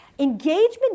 Engagement